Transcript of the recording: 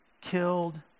killed